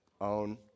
own